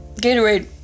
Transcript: Gatorade